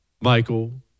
Michael